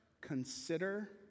Consider